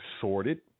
sorted